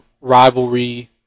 rivalry